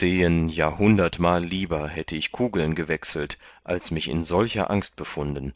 ja hundertmal lieber hätte ich kugeln gewechselt als mich in solcher angst befunden